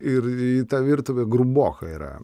ir ta virtuvė gruboka yra